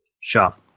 shop